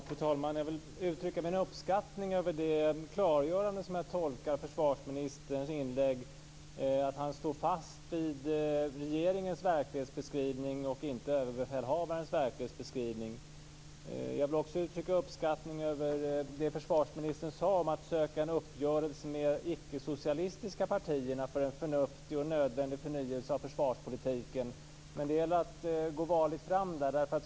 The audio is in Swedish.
Fru talman! Jag vill uttrycka min uppskattning över det klargörande som jag tolkar försvarsministerns inlägg som, dvs. att han står fast vid regeringens verklighetsbeskrivning och inte överbefälhavarens verklighetsbeskrivning. Jag vill också uttrycka uppskattning över det försvarsministern sade om att söka en uppgörelse med icke-socialistiska partier, för en förnuftig och nödvändig förnyelse av försvarspolitiken. Men det gäller att gå varligt fram där.